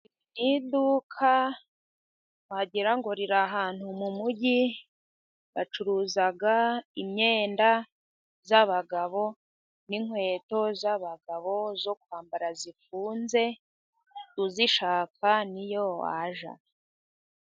Ni iduka wagira ngo riri ahantu mu mu mugi，bacuruza imyenda y'abagabo， n'inkweto z'abagabo zo kwambara zifunze， uzishaka niyo wajya.